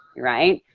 right?